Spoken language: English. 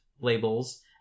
labels